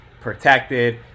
protected